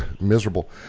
miserable